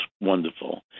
wonderful